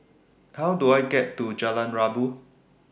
How Do I get to Jalan Rabu